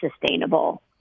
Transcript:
sustainable